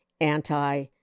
anti